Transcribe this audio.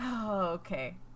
Okay